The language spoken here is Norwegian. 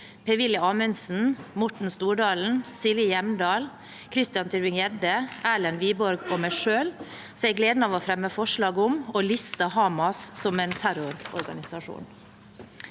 Per-Willy Amundsen, Morten Stordalen, Silje Hjemdal, Christian Tybring-Gjedde, Erlend Wiborg og meg selv har jeg gleden av å fremme forslag om å liste Hamas som terrororganisasjon.